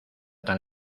tan